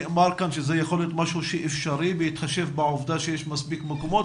נאמר כאן שזה יכול להיות משהו שאפשרי בהתחשב בעובדה שיש מספיק מקומות,